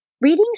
Readings